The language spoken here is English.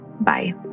Bye